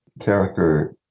character